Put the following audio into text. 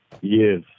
Yes